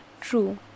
true